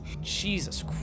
Jesus